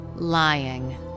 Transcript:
Lying